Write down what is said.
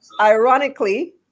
ironically